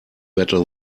better